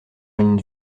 une